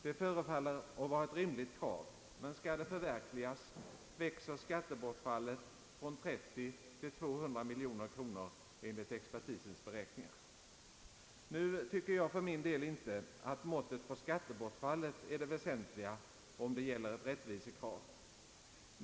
Det förefaller vara ett rimligt krav, men skall det förverkligas växer skattebortfallet från 30 till 200 miljoner kronor enligt expertisens beräkningar. Nu tycker jag för min del inte att måttet på skattebortfallet är det väsentliga om det gäller ett rättvisekrav.